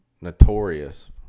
notorious